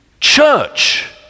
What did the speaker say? church